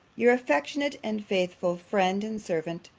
your affectionate and faithful friend and servant,